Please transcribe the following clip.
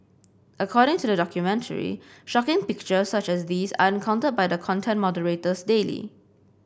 according to the documentary shocking pictures such as these are encountered by the content moderators daily